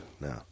No